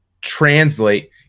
translate